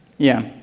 yeah,